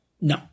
No